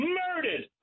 murdered